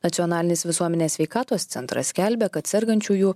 nacionalinis visuomenės sveikatos centras skelbia kad sergančiųjų